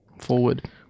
forward